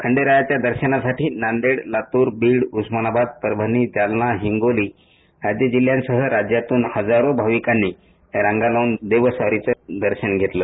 खंडेरायाच्या दर्शनासाठी नांदेड लातूर बीड उस्मानाबाद परभणी जालना हिंगोली आदि जिल्ह्यांसह राज्यातून हजारो भाविकांनी रांगालाऊन देवस्वारीचं दर्शन घेतलं